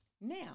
Now